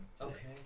Okay